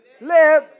Live